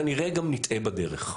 כנראה גם נטעה בדרך,